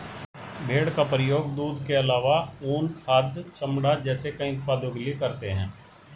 भेड़ का प्रयोग दूध के आलावा ऊन, खाद, चमड़ा जैसे कई उत्पादों के लिए करते है